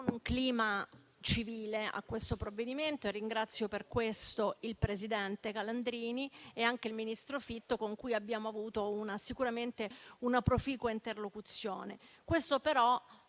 un clima civile a questo provvedimento e ringrazio per questo il presidente Calandrini e anche il ministro Fitto, con cui abbiamo avuto sicuramente una proficua interlocuzione. Questo però